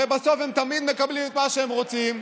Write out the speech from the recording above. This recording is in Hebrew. הרי בסוף הם תמיד מקבלים את מה שהם רוצים,